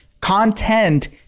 Content